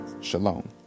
shalom